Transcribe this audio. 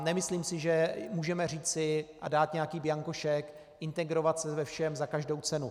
Nemyslím si, že můžeme říci a dát nějaký bianko šek integrovat se ve všem za každou cenu.